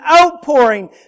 outpouring